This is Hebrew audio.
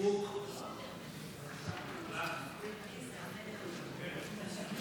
הנוער (תיקון מס' 21), התשפ"ג 2023, נתקבל.